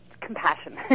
compassion